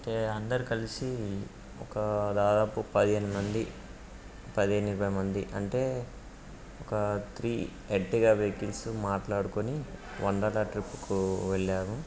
అయితే అందరు కలిసి ఒక దాదాపు పదిహేను మంది పదిహేను ఇరవై మంది అంటే ఒక త్రీ ఎర్టిగో వెహికిల్స్ మాట్లాడుకొని వండర్లా ట్రిప్కు వెళ్ళాము